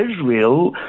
Israel